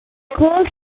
chords